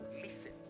listen